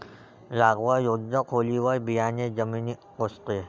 लागवड योग्य खोलीवर बियाणे जमिनीत टोचते